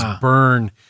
burn